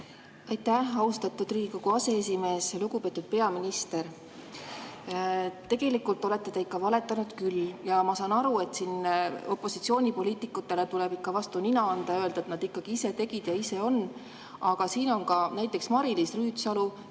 Aitäh, austatud Riigikogu aseesimees! Lugupeetud peaminister! Tegelikult olete te ikka valetanud küll. Ma saan aru, et opositsioonipoliitikutele tuleb siin ikka vastu nina anda ja öelda, et nad ise tegid ja ise on, aga ka näiteks Mari-Liis Rüütsalu